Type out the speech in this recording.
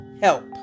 help